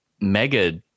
mega